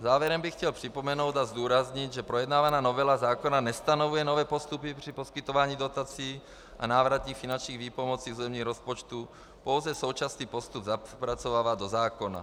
Závěrem bych chtěl připomenout a zdůraznit, že projednávaná novela zákona nestanovuje nové postupy při poskytování dotací a návratných finančních výpomocí z územních rozpočtů, pouze současný postup zapracovává do zákona.